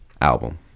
album